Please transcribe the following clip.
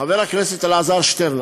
חבר הכנסת אלעזר שטרן,